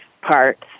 parts